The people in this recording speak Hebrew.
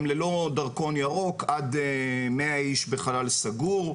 ללא דרכון ירוק עד 100 איש בחלל סגור.